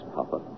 Papa